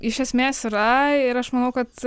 iš esmės yra ir aš manau kad